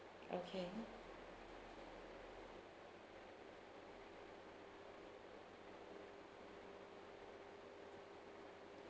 okay